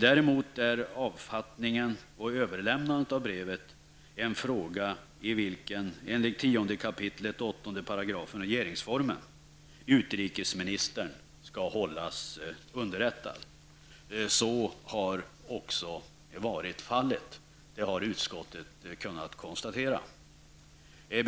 Däremot är omfattningen och överlämnandet av brevet en fråga där, enligt 10 kap. 8 § regeringsformen, utrikesministern skall hållas underrättad. Så har också, vilket utskottet har kunnat konstatera, varit fallet.